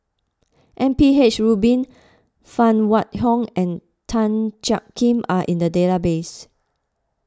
M P H Rubin Phan Wait Hong and Tan Jiak Kim are in the database